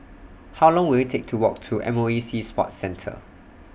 How Long Will IT Take to Walk to M O E Sea Sports Centre